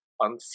on